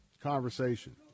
conversation